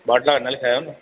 बाटला न लिखायो